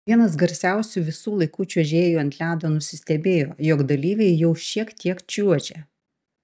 vienas garsiausių visų laikų čiuožėjų ant ledo nusistebėjo jog dalyviai jau šiek tiek čiuožia